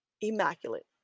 immaculate